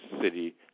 city